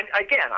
Again